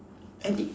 and it